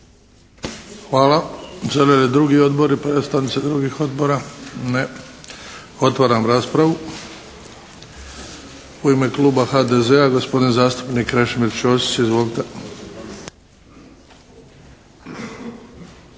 Hvala. Žele li drugi Odbori, predstavnici drugih Odbora? Ne. Otvaram raspravu. U ime kluba HDZ-a, gospodin zastupnik Krešimir Ćosić. Izvolite!